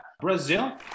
Brazil